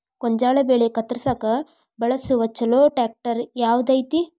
ಗೋಂಜಾಳ ಬೆಳೆ ಕತ್ರಸಾಕ್ ಬಳಸುವ ಛಲೋ ಟ್ರ್ಯಾಕ್ಟರ್ ಯಾವ್ದ್ ಐತಿ?